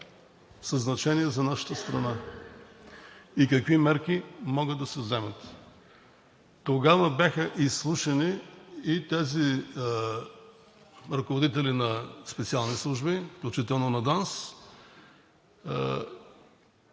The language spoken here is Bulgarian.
със значение за нашата страна и какви мерки могат да се вземат. Тогава бяха изслушани и тези ръководители на специални служби, включително на ДАНС